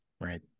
Right